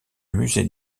musée